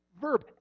verb